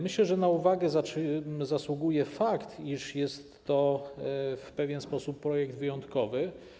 Myślę, że na uwagę zasługuje fakt, iż jest to w pewien sposób projekt wyjątkowy.